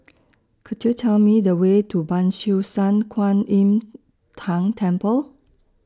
Could YOU Tell Me The Way to Ban Siew San Kuan Im Tng Temple